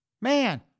Man